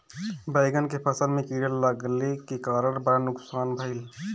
बैंगन के फसल में कीड़ा लगले के कारण बड़ा नुकसान भइल